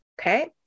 Okay